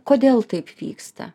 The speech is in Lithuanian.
kodėl taip vyksta